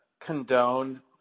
condoned